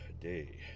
day